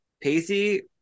Pacey